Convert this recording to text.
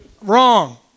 Wrong